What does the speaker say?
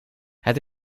het